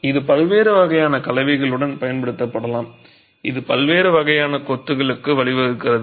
இது பல்வேறு வகையான கலவைகளுடன் பயன்படுத்தப்படலாம் இது பல்வேறு வகையான கொத்துகளுக்கு வழிவகுக்கிறது